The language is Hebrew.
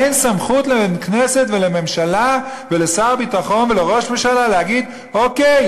אין סמכות לכנסת ולממשלה ולשר הביטחון ולראש הממשלה להגיד: אוקיי,